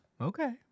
Okay